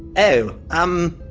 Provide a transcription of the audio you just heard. oh? um?